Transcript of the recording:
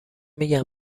میگم